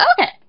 Okay